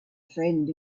friend